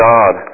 God